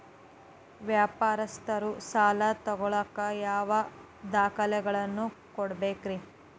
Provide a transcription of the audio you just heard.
ವ್ಯಾಪಾರಸ್ಥರು ಸಾಲ ತಗೋಳಾಕ್ ಯಾವ ದಾಖಲೆಗಳನ್ನ ಕೊಡಬೇಕ್ರಿ?